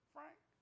Frank